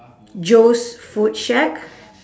joe's food shack